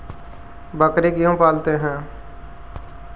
बकरी क्यों पालते है?